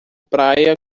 praia